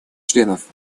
членов